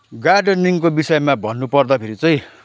गार्डेनिङको विषयमा भन्नुपर्दाखेरि चाहिँ